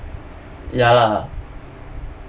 ya lah